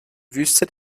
wüste